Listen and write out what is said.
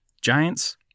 Giants